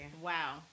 Wow